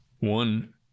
One